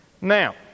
Now